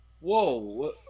Whoa